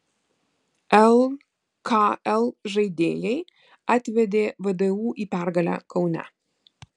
lkl žaidėjai atvedė vdu į pergalę kaune